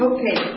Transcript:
Okay